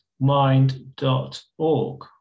mind.org